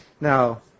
now